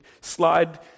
slide